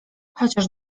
chociaż